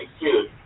excuse